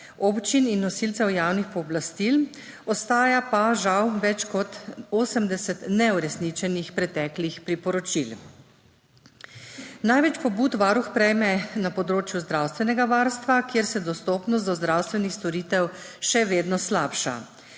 občin in nosilcev javnih pooblastil, ostaja pa žal več kot 80 neuresničenih preteklih priporočil. Največ pobud Varuh prejme na področju zdravstvenega varstva, kjer se dostopnost do zdravstvenih storitev še vedno slabša.